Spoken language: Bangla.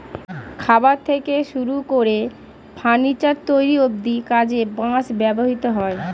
খাবার থেকে শুরু করে ফার্নিচার তৈরি অব্ধি কাজে বাঁশ ব্যবহৃত হয়